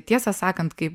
tiesą sakant kai